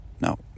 no